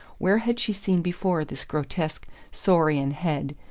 where had she seen before this grotesque saurian head,